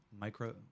micro